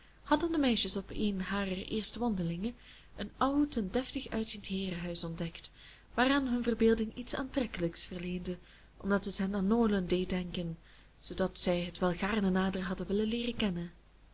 hadden de meisjes op een harer eerste wandelingen een oud en deftig uitziend heerenhuis ontdekt waaraan hun verbeelding iets aantrekkelijks verleende omdat het hen aan norland deed denken zoodat zij het wel gaarne nader hadden willen leeren kennen